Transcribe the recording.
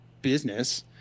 business